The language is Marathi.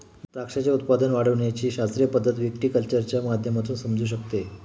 द्राक्षाचे उत्पादन वाढविण्याची शास्त्रीय पद्धत व्हिटीकल्चरच्या माध्यमातून समजू शकते